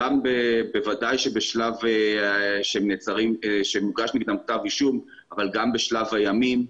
בוודאי שבשלב שמוגש נגדם כתב אישום אבל גם בשלב הימים,